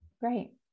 great